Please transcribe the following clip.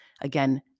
again